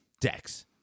Dex